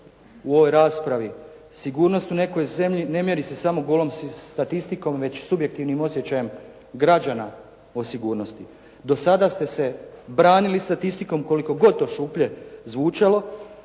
u ovoj raspravi, sigurnost u nekoj zemlji ne mjeri se samo golom statistikom već subjektivnim osjećajem građana o sigurnosti. Do sada ste se branili statistikom, koliko god to šuplje zvučalo.